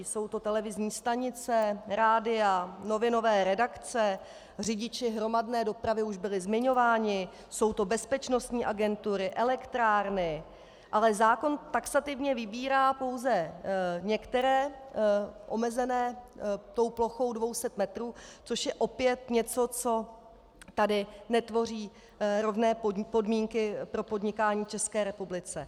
Jsou to televizní stanice, rádia, novinové redakce, řidiči hromadné dopravy už byli zmiňováni, jsou to bezpečnostní agentury, elektrárny, ale zákon taxativně vybírá pouze některé, omezené plochou 200 metrů, což je opět něco, co tady netvoří rovné podmínky pro podnikání v České republice.